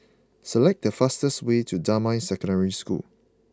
select the fastest way to Damai Secondary School